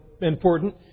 important